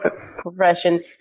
profession